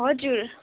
हजुर